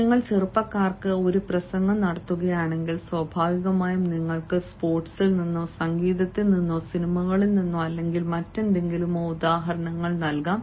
നിങ്ങൾ ചെറുപ്പക്കാർക്ക് ഒരു പ്രസംഗം നടത്തുകയാണെങ്കിൽ സ്വാഭാവികമായും നിങ്ങൾക്ക് സ്പോർട്സിൽ നിന്നോ സംഗീതത്തിൽ നിന്നോ സിനിമകളിൽ നിന്നോ അല്ലെങ്കിൽ മറ്റെന്തെങ്കിലുമോ ഉദാഹരണങ്ങൾ നൽകാം